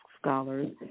scholars